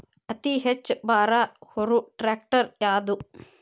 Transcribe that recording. ಅತಿ ಹೆಚ್ಚ ಭಾರ ಹೊರು ಟ್ರ್ಯಾಕ್ಟರ್ ಯಾದು?